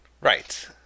Right